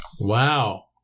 Wow